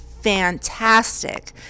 fantastic